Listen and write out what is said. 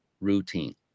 routine